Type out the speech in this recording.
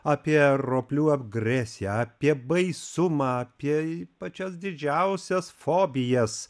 apie roplių agresiją apie baisumą apie pačias didžiausias fobijas